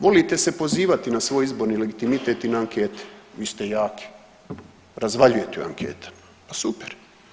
Volite se pozivati na svoj izborni legitimitet i na ankete, vi ste jaki, razvaljujete u anketama, super.